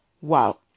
Wow